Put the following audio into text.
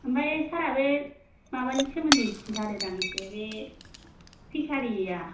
ओमफ्राय सारआ बे माबानि सोमोन्दै खिथादोदां एसे बे फिसारिया